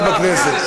בסדר.